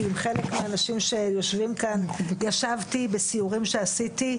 כי עם חלק מהאנשים שיושבים כאן ישבתי בסיורים שעשיתי,